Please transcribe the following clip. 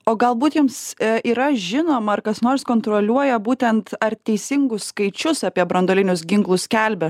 o galbūt jums yra žinoma ar kas nors kontroliuoja būtent ar teisingus skaičius apie branduolinius ginklus skelbia